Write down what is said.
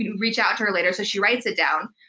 reach out to her later. so she writes it down,